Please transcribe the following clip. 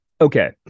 Okay